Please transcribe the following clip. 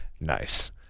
Nice